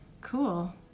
cool